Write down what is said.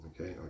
Okay